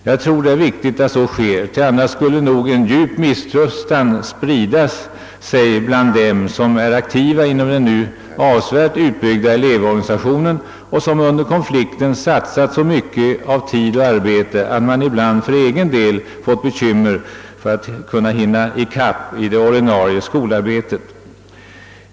Det är också viktigt att så sker, ty i annat fall skulle nog en djup misströstan sprida sig bland dem som är aktiva inom den avsevärt utbyggda elevorganisationen och som under konflikten satsade så mycket av tid och arbete att eleverna ibland fått bekymmer med att hinna ikapp det ordinarie skolarbetet för egen del.